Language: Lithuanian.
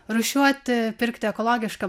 rūšiuoti pirkti ekologišką